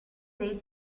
dei